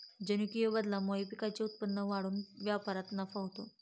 जनुकीय बदलामुळे पिकांचे उत्पादन वाढून व्यापारात नफा होतो